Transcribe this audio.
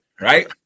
Right